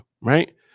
right